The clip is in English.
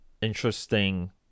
interesting